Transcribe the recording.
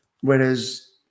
Whereas